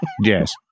Yes